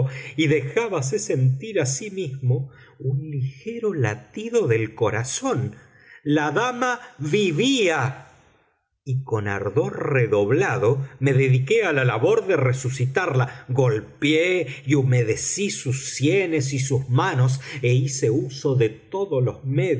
y dejábase sentir así mismo un ligero latido del corazón la dama vivía y con ardor redoblado me dediqué a la labor de resucitarla golpeé y humedecí sus sienes y sus manos e hice uso de todos los